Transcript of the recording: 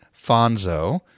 Fonzo